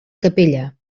capella